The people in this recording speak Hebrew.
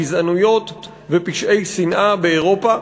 גזענויות ופשעי שנאה באירופה.